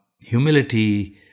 humility